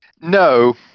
No